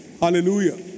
Hallelujah